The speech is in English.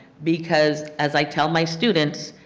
because as i tell my students,